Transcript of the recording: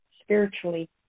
spiritually